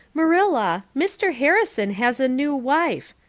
marilla, mr. harrison has a new wife.